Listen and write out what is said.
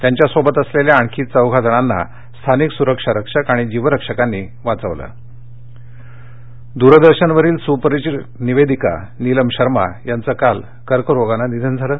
त्यांच्यासोबत असलेल्या आणखी चौघा पर्यटकांना स्थानिक सूरक्षा रक्षक आणि जीवरक्षकांनी वाचवलं आहे निधन नीलम शर्मा द्रदर्शनवरील सुपरिचित निवेदिका नीलम शर्मा यांचं काल कर्करोगानं निधन झालं